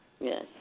Yes